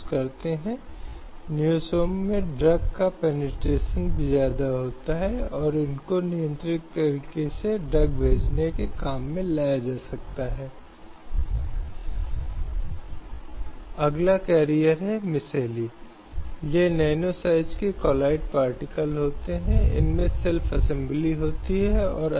एक मामले में याचिकाकर्ता पति ने कोड का अनुरोध किया कि उसकी पत्नी को चिकित्सा जांच से गुजरने का निर्देश दिया जाए उसके कौमार्य का पता लगाने के लिए वह था ज़ाहिदा बेगम बनाम मुश्ताक अहमद 2006